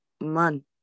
Man